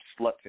sluts